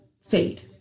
fade